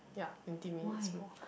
ya twenty minutes more